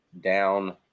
down